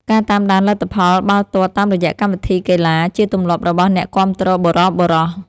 ការតាមដានលទ្ធផលបាល់ទាត់តាមរយៈកម្មវិធីកីឡា ជាទម្លាប់របស់អ្នកគាំទ្របុរសៗ។